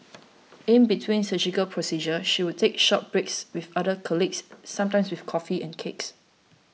in between surgical procedures she would take short breaks with other colleagues sometimes with coffee and cakes